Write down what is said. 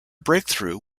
breakthrough